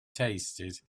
tasted